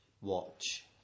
watch